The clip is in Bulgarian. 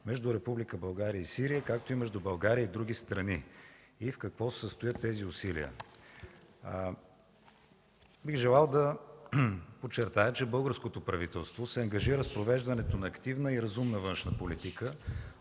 между Република България и Сирия, както и между България и други страни и в какво се състоят тези усилия? Бих желал да подчертая, че българското правителство се ангажира с провеждането на активна и разумна външна политика,